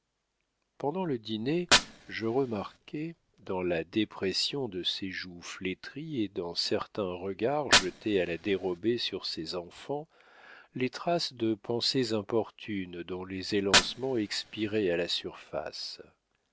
pendant le dîner je remarquai dans la dépression de ses joues flétries et dans certains regards jetés à la dérobée sur ses enfants les traces de pensées importunes dont les élancements expiraient à la surface